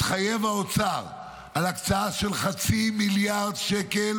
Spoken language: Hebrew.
התחייב האוצר על הקצאה של חצי מיליארד שקל